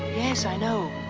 yes, i know.